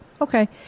okay